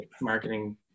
marketing